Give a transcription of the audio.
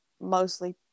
mostly